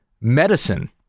medicine